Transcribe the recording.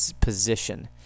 position